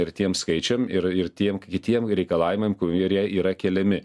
ir tiems skaičiam ir ir tiem kitiem reikalavimam kurie yra keliami